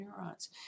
neurons